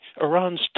Iran's